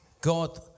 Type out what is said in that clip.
God